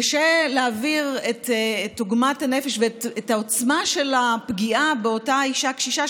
קשה להעביר את עוגמת הנפש ואת העוצמה של הפגיעה באותה אישה קשישה,